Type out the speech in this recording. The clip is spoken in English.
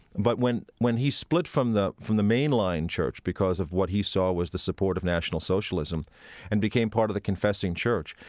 but when when he split from the from the mainline church because of what he saw was the support of national socialism and became part of the confessing church,